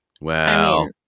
Wow